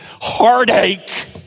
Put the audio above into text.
heartache